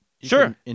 Sure